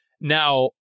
Now